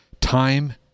Time